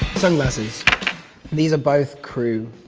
sunglasses these are both krewe.